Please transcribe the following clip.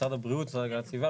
משרד הבריאות או הגנת הסביבה,